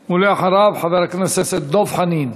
ואחריו, חבר הכנסת דב חנין.